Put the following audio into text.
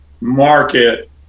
market